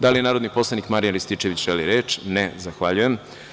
Da li narodni poslanik Marijan Rističević želi reč? (Ne) Zahvaljujem.